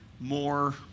more